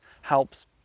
helps